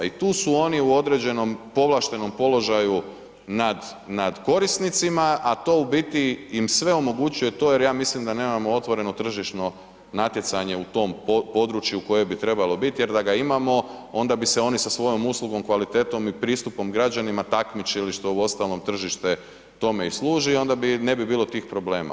I tu su oni u određenom povlaštenom položaju nad korisnicima, a to u biti im sve omogućuje to jer ja mislim da nemamo otvoreno tržišno natjecanje u tom području koje bi trebalo biti jer da ga imamo onda bi se oni sa svojom uslugom, kvalitetom i pristupom građanima takmičili što uostalom tržište tome i služi i onda ne bi bilo tih problema.